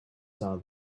saw